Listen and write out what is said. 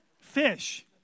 Fish